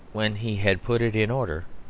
when he had put it in order,